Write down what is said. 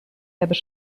hebben